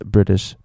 British